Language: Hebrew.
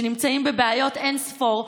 שנמצאים בבעיות אין-ספור,